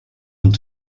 und